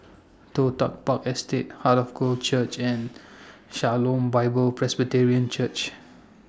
Toh Tuck Park Estate Heart of God Church and Shalom Bible Presbyterian Church